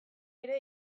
ere